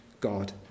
God